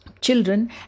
children